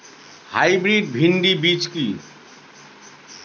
Hybrid ভীন্ডি বীজ কি?